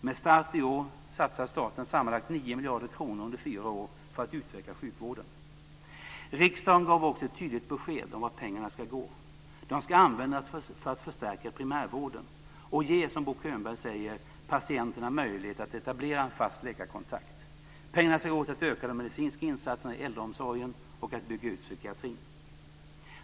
Med start i år satsar staten sammanlagt 9 miljarder kronor under fyra år för att utveckla sjukvården. Riksdagen gav också ett tydligt besked om vart pengarna ska gå. De ska användas för att förstärka primärvården och ge, som Bo Könberg säger, patienterna möjlighet att etablera en fast läkarkontakt. Pengarna ska gå till att öka de medicinska insatserna i äldreomsorgen och bygga ut psykiatrin.